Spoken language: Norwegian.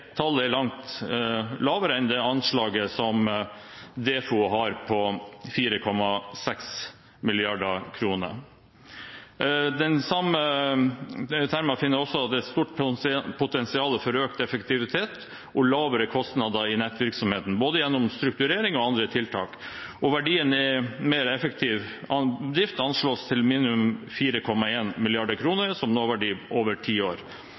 tallet er langt lavere enn det anslaget som Defo har, på 4,6 mrd. kr. Samme THEMA finner også at det er et stort potensial for økt effektivitet og lavere kostnader i nettvirksomheten gjennom både strukturering og andre tiltak. Verdien av mer effektiv drift anslås til minimum 4,1 mrd. kr som nåverdi over ti år,